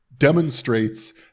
demonstrates